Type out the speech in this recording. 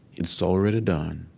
it's already done.